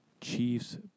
Chiefs